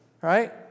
right